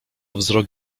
wzrok